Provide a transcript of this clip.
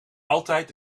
altijd